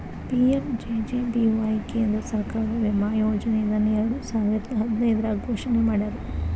PMJJBY ಕೇಂದ್ರ ಸರ್ಕಾರದ ವಿಮಾ ಯೋಜನೆ ಇದನ್ನ ಎರಡುಸಾವಿರದ್ ಹದಿನೈದ್ರಾಗ್ ಘೋಷಣೆ ಮಾಡ್ಯಾರ